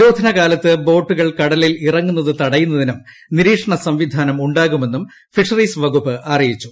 നിരോധനകാലത്ത് ബോട്ടുകൾ കടലിൽ ഇറങ്ങുന്നത് തടയുന്നതിനും നിരീക്ഷണസംവിധാന്റും ഉണ്ടാകുമെന്നും ഫിഷറീസ് വകുപ്പ് അറിയിച്ചു